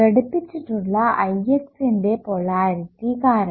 ഘടിപ്പിച്ചിട്ടുള്ള Ix ന്റെ polarity കാരണം